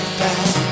back